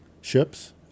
ships